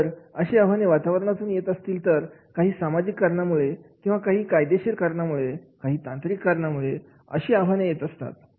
आणि जर अशी आव्हाने वातावरणातून येत असतील तर काही सामाजिक कारणांमुळे किंवा काही कायदेशीर कारणामुळे काही तांत्रिक कारणामुळे अशी आव्हाने देत असतात